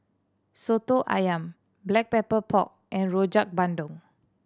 Soto Ayam Black Pepper Pork and Rojak Bandung